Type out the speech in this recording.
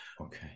Okay